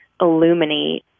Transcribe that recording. illuminate